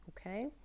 Okay